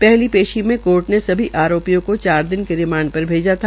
पहली पेश में कोर्ट ने सभी आरोपियों को चार दिन के रिमांड पर भेजा था